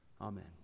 Amen